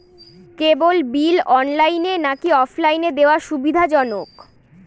কেবল bill অনলাইনে নাকি অফলাইনে দেওয়া সুবিধাজনক?